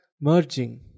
merging